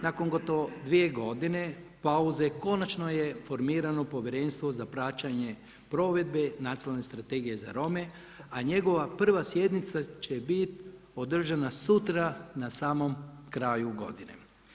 Nakon gotovo dvije godine pauze konačno je formirano Povjerenstvo za praćenje provedbe nacionalne strategije za Rome, a njegova prva sjednica će biti održana sutra na samom kraju godinu.